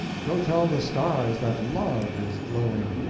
go tell the stars that love is glowing,